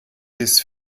bis